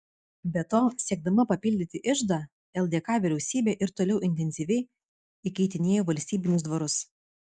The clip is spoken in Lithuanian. be to siekdama papildyti iždą ldk vyriausybė ir toliau intensyviai įkeitinėjo valstybinius dvarus